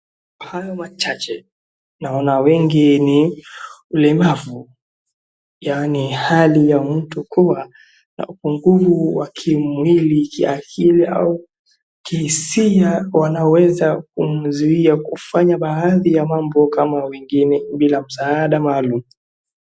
Kwa hayo machache, naona wengi ni walemavu, yaani hali ya mtu kuwa na upungufu ya kimwili, kiakili au kihisia wanaweza kumzuia kufanya baadhi ya mambo kama wengine bila msaada maalum.